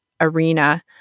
arena